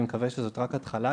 אני מקווה שזאת רק התחלה,